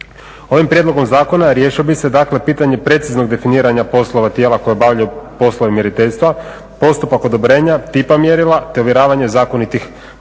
Ovim prijedlogom zakona riješilo bi se dakle pitanje preciznog definiranja poslova tijela koja obavljaju poslovi mjeriteljstva, postupak odobrenja, tipa mjerila te uvjeravanje zakonitih mjerila.